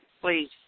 please